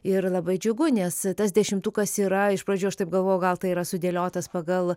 ir labai džiugu nes tas dešimtukas yra iš pradžių aš taip galvojau gal tai yra sudėliotas pagal